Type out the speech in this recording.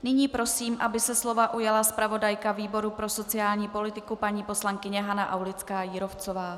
Nyní prosím, aby se slova ujala zpravodajka výboru pro sociální politiku paní poslankyně Hana AulickáJírovcová.